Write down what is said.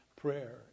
prayer